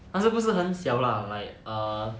他是不是很 siao lah like err